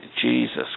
Jesus